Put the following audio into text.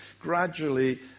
gradually